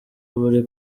buri